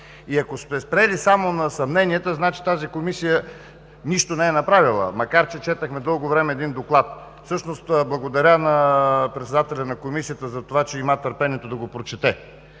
И ако сте спрели само на съмненията, значи тази Комисия нищо не е направила, макар че четохме дълго време един доклад. Всъщност благодаря на председателя на Комисията за това, че има търпението да го прочете.